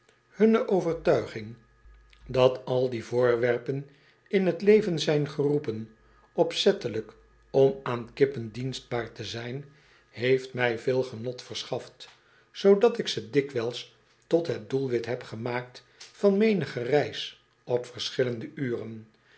hunne overtuiging dat al die voorwerpen in t leven zijn geroepen opzettelijk om aan kippen dienstbaar te zyn heeft mij veel genot verschaft zoodat ik ze dikwijls tot het doelwit heb gemaakt van menige reis op verschillende uren